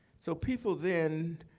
so people then